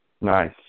Nice